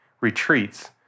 retreats